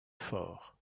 fort